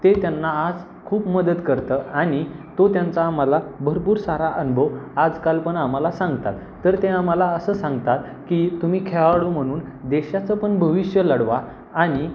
ते त्यांना आज खूप मदत करतं आनि तो त्यांचा आम्हाला भरपूर सारा अनुभव आजकाल पण आम्हाला सांगतात तर ते आम्हाला असं सांगतात की तुम्ही खेळाडू म्हणून देशाचं पण भविष्य लढवा आणि